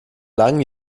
langen